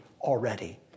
already